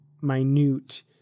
minute